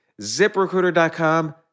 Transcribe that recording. ziprecruiter.com